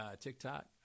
tiktok